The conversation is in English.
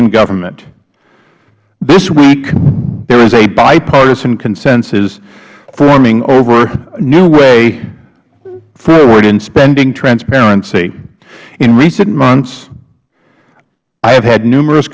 in government this week there is a bipartisan consensus forming over a new way forward in spending transparency in recent months i have had numerous